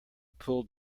pulled